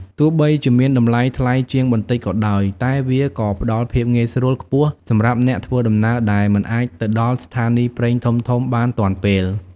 ទោះបីជាមានតម្លៃថ្លៃជាងបន្តិចក៏ដោយ តែវាក៏ផ្តល់ភាពងាយស្រួលខ្ពស់សម្រាប់អ្នកធ្វើដំណើរដែលមិនអាចទៅដល់ស្ថានីយ៍ប្រេងធំៗបានទាន់ពេល។